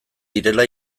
direla